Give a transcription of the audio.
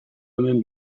hemen